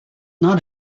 not